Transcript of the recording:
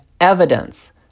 evidence